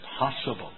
impossible